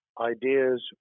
ideas